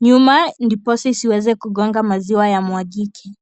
nyuma ndiposa isiweze kugonga maziwa yamwagike.